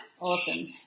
Awesome